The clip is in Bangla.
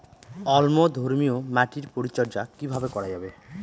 অম্লধর্মীয় মাটির পরিচর্যা কিভাবে করা যাবে?